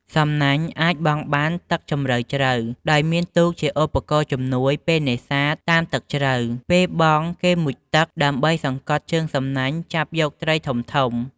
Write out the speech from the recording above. សំណាញ់់អាចបង់បានទឹកជម្រៅជ្រៅ ដោយមានទូកជាឧបករណ៍ជំនួយពេលនេសាទតាមទឹកជ្រៅពេលបង់គេមុជទឹកដើម្បីសង្កត់ជើងសំណាញ់ចាប់យកត្រីធំៗ។